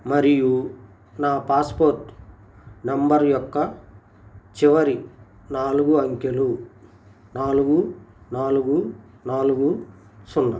మరియు నా passport number యొక్క చివరి నాలుగు అంకెలు నాలుగు నాలుగు నాలుగు సున్నా